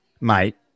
mate